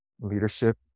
leadership